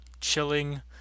chilling